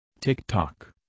TikTok